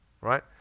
right